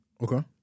Okay